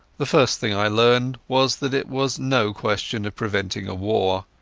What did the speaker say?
the first thing i learned was that it was no question of preventing a war.